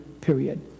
period